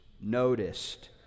noticed